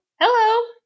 Hello